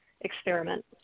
experiment